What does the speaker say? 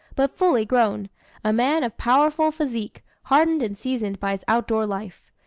but fully grown a man of powerful physique, hardened and seasoned by his outdoor life.